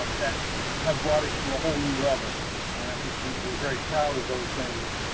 um that have brought it to a whole new level um and i think we were very proud of those things,